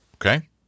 Okay